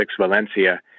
Valencia